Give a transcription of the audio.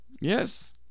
Yes